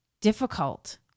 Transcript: difficult